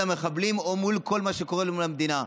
המחבלים או מול כל מה שקורה מול מהמדינה.